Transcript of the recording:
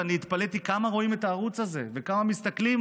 ואני התפלאתי כמה רואים את הערוץ הזה וכמה מסתכלים